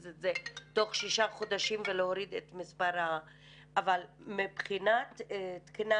את זה תוך שישה חודשים ולהוריד את מספר --- אבל מבחינת תקינה,